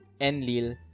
Enlil